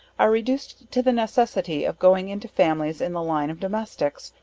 are reduced to the necessity of going into families in the line of domestics,